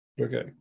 Okay